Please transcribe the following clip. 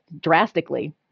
drastically